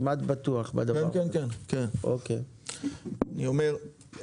אני אומר,